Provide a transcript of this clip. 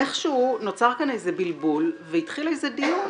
איך שהוא נוצר כאין איזה בלבול והתחיל דיון